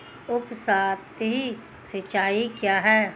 उपसतही सिंचाई क्या है?